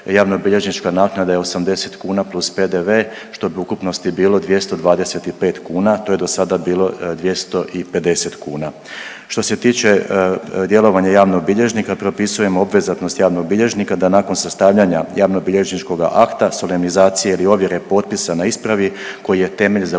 javnobilježnička naknada je 80 kuna + PDV, što bi ukupnosti bilo 225 kuna. To je do sada bilo 250 kuna. Što se tiče djelovanja javnog bilježnika, propisujemo obvezatnost javnog bilježnika da nakon sastavljanja javnobilježničkoga akta, solemnizacije ili ovjere potpisa na ispravi koji je temelj za